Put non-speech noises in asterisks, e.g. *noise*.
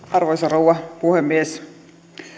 *unintelligible* arvoisa rouva puhemies